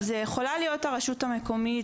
זו יכולה להיות הרשות המקומית,